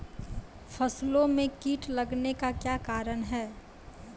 फसलो मे कीट लगने का क्या कारण है?